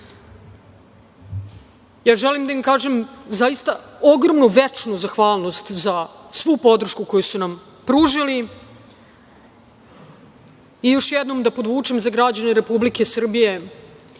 Ja želim da im iskažem zaista ogromnu večnu zahvalnost za svu podršku koju su nam pružili. Još jednom da podvučem za građane Republike Srbije,